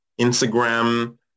Instagram